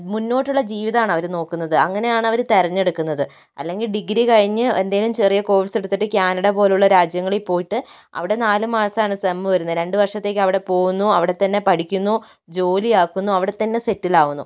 മുന്നോട്ടുള്ള ജീവിതമാണ് അവർ നോക്കുന്നത് അങ്ങനെയാണ് അവർ തിരഞ്ഞെടുക്കുന്നത് അല്ലെങ്കിൽ ഡിഗ്രി കഴിഞ്ഞ് എന്തെങ്കിലും ചെറിയ കോഴ്സെടുത്തിട്ട് കാനഡ പോലുള്ള രാജ്യങ്ങളിൽ പോയിട്ട് അവിടെ നാല് മാസമാണ് സെമ്മ് വരുന്നത് രണ്ട് വർഷത്തേയ്ക്ക് അവിടെ പോവുന്നു അവിടെത്തന്നെ പഠിക്കുന്നു ജോലി ആക്കുന്നു അവിടെത്തന്നെ സെറ്റിലാവുന്നു